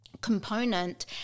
component